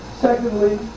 Secondly